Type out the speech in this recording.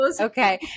okay